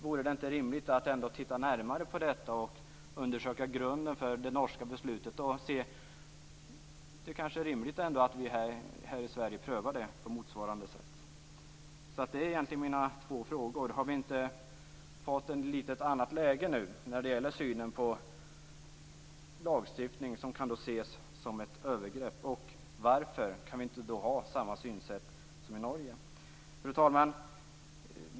Vore det inte rimligt att se närmare på detta, undersöka grunden för det norska beslutet och se om det är rimligt att vi här i Sverige prövar frågan på motsvarande sätt? Mina två frågor är alltså: Har vi inte fått ett litet annorlunda läge nu när det gäller synen på lagstiftningen, som kan ses som ett övergrepp? Varför kan vi i så fall inte ha samma synsätt som i Norge? Fru talman!